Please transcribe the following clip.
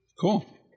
Cool